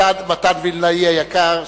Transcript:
מתן וילנאי היקר,